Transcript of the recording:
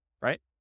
right